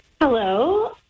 Hello